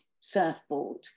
surfboard